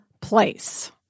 place